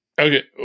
Okay